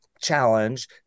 challenge